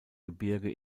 gebirge